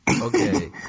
Okay